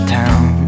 town